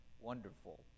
wonderful